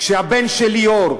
כשהבן שלי אור,